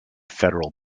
federal